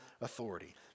authority